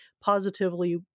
positively